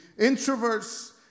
Introverts